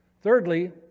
Thirdly